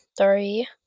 three